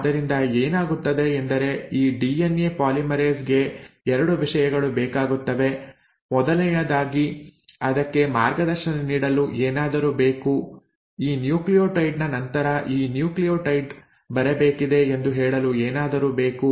ಆದ್ದರಿಂದ ಏನಾಗುತ್ತದೆ ಎಂದರೆ ಈ ಡಿಎನ್ಎ ಪಾಲಿಮರೇಸ್ ಗೆ 2 ವಿಷಯಗಳು ಬೇಕಾಗುತ್ತವೆ ಮೊದಲನೆಯದಾಗಿ ಅದಕ್ಕೆ ಮಾರ್ಗದರ್ಶನ ನೀಡಲು ಏನಾದರೂ ಬೇಕು ಈ ನ್ಯೂಕ್ಲಿಯೋಟೈಡ್ ನ ನಂತರ ಈ ನ್ಯೂಕ್ಲಿಯೋಟೈಡ್ ಬರಬೇಕಿದೆ ಎಂದು ಹೇಳಲು ಏನಾದರೂ ಬೇಕು